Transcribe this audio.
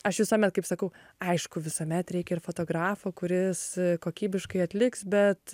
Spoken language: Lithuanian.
aš visuomet kaip sakau aišku visuomet reikia ir fotografo kuris kokybiškai atliks bet